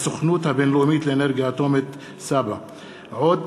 הסוכנות הבין-לאומית לאנרגיה אטומית, סבא"א.